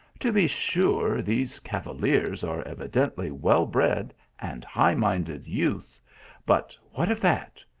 to be sure, these cavaliers are evidently well-bred and high-minded youths but what of that!